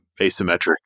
asymmetric